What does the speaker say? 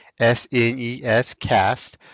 SNEScast